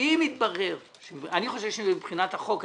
אם יתברר אני חושב שזה מבחינת החוק,